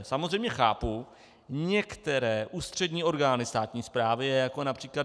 Samozřejmě chápu některé ústřední orgány státní správy, jako např.